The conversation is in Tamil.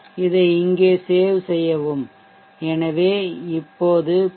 இதை இங்கே save செய்யவும் எனவே இப்போது பி